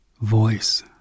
voice